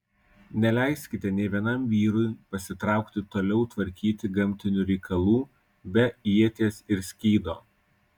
neleiskite nė vienam vyrui pasitraukti toliau tvarkyti gamtinių reikalų be ieties ir skydo